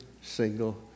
single